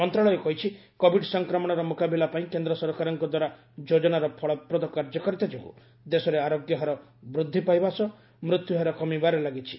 ମନ୍ତ୍ରଣାଳୟ କହିଛି କୋବିଡ୍ ସଂକ୍ରମଣର ମୁକାବିଲା ପାଇଁ କେନ୍ଦ୍ର ସରକାରଙ୍କ ଦ୍ୱାରା ଯୋଜନାର ଫଳପ୍ରଦ କାର୍ଯ୍ୟକାରିତା ଯୋଗୁଁ ଦେଶରେ ଆରୋଗ୍ୟ ହାର ବୃଦ୍ଧି ପାଇବା ସହ ମୃତ୍ୟୁହାର କମିବାରେ ଲାଗିଛି